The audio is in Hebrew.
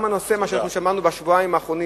גם הנושאים שהיו בשבועיים האחרונים